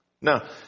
Now